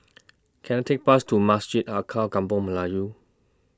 Can I Take Bus to Masjid Alkaff Kampung Melayu